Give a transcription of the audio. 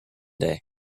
day